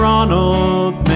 Ronald